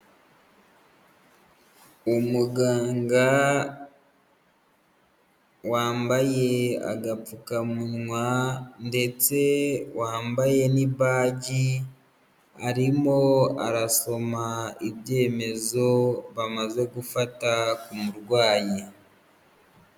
Umuganga wambaye agapfukamunwa ndetse wambaye n'ibaji arimo arasoma ibyemezo bamaze gufata ku murwayi.